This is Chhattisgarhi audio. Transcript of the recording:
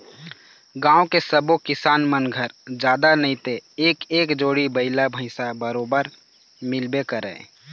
गाँव के सब्बो किसान मन घर जादा नइते एक एक जोड़ी बइला भइसा बरोबर मिलबे करय